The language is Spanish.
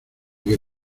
que